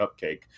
cupcake